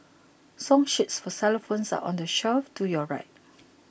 song sheets for xylophones are on the shelf to your right